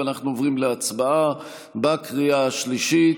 אנחנו עוברים להצבעה בקריאה השלישית.